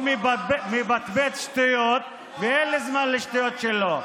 הוא מפטפט שטויות, ואין לי זמן לשטויות שלו.